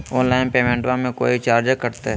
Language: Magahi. ऑनलाइन पेमेंटबां मे कोइ चार्ज कटते?